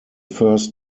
first